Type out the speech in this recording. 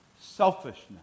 selfishness